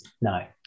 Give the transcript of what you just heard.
No